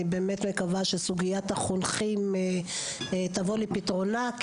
אני באמת מקווה שסוגיית החונכים תבוא לפתרונה.